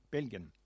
Belgien